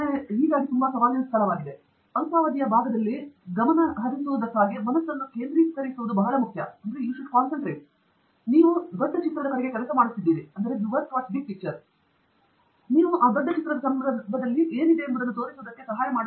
ಟ್ಯಾಂಜಿರಾಲಾ ನಾನು ನೀವು ಕೆಲಸ ಮಾಡುತ್ತಿದ್ದಂತೆ ಮೊದಲೇ ಹೇಳಿದ ಫನಿ ಏನು ಹೇಳಬೇಕೆಂಬುದನ್ನು ಕೂಡಾ ನಾನು ಭಾವಿಸುತ್ತೇನೆ ಅಲ್ಪಾವಧಿಯ ಭಾಗದಲ್ಲಿ ಗಮನಹರಿಸುವುದಕ್ಕಾಗಿ ಗಮನವನ್ನು ಕೇಂದ್ರೀಕರಿಸುವುದು ಬಹಳ ಮುಖ್ಯ ದೊಡ್ಡ ಚಿತ್ರ ನೀವು ಕಡೆಗೆ ಕೆಲಸ ಮಾಡುತ್ತಿದ್ದೀರಿ ಮತ್ತು ಅದು ದೊಡ್ಡ ಚಿತ್ರದ ಸಂದರ್ಭದಲ್ಲಿ ನೀವು ಏನು ಎಂಬುದನ್ನು ತೋರಿಸುವುದಕ್ಕೆ ಸಹಾಯ ಮಾಡುತ್ತದೆ